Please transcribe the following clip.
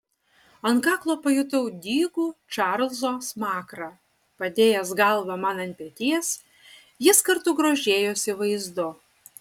ant kaklo pajutau dygų čarlzo smakrą padėjęs galvą man ant peties jis kartu grožėjosi vaizdu